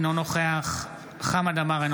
אינו נוכח חמד עמאר,